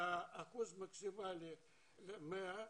האחוז המקסימלי הוא 100%,